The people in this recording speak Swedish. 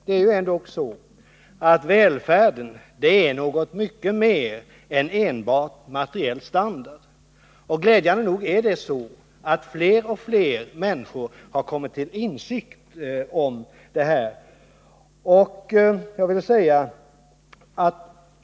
Det är ändock så att välfärden är något mycket mer än enbart materiell standard. Glädjande nog är det så att fler och fler människor har kommit till insikt om detta.